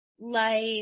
life